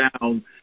down